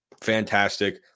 Fantastic